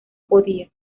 podía